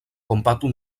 kompatu